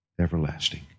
everlasting